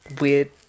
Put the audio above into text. weird